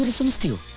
but seems to